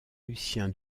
lucien